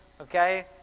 Okay